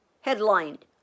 headlined